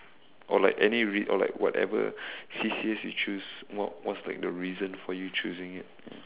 or like any rea~ or like whatever C_C_As you choose what was like the reason for you choosing it